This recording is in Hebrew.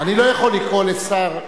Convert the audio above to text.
לא יכול לקרוא לשר.